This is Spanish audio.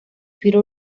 peter